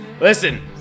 Listen